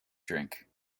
drink